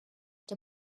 der